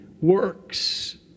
works